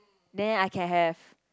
then I can have